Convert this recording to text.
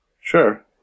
Sure